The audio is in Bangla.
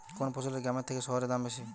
কোন ফসলের গ্রামের থেকে শহরে দাম বেশি?